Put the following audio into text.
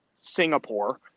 Singapore